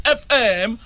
fm